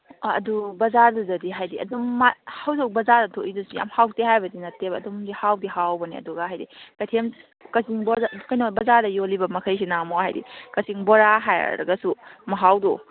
ꯑꯗꯨ ꯕꯖꯥꯔꯗꯨꯗꯗꯤ ꯍꯥꯏꯕꯗꯤ ꯑꯗꯨꯝ ꯍꯧꯖꯤꯛ ꯕꯖꯥꯔꯗ ꯊꯣꯛꯏꯗꯨꯁꯨ ꯌꯥꯝ ꯍꯥꯎꯇꯦ ꯍꯥꯏꯕꯗꯤ ꯅꯠꯇꯦꯕ ꯑꯗꯨꯝꯗꯤ ꯍꯥꯎꯗꯤ ꯍꯥꯎꯕꯅꯦ ꯑꯗꯨꯒ ꯍꯥꯏꯕꯗꯤ ꯀꯩꯅꯣ ꯕꯖꯥꯔꯗ ꯌꯣꯜꯂꯤꯕ ꯃꯈꯩꯁꯤꯅ ꯑꯃꯨꯛ ꯍꯥꯏꯕꯗꯤ ꯀꯛꯆꯤꯡ ꯕꯣꯔꯥ ꯍꯥꯏꯔꯒꯁꯨ ꯃꯍꯥꯎꯗꯣ